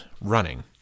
running